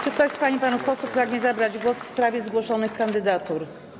Czy ktoś z pań i panów posłów pragnie zabrać głos w sprawie zgłoszonych kandydatur?